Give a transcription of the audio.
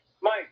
Mike